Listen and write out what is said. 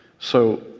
so,